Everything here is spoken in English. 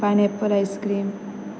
pineapple ice cream